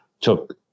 took